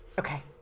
okay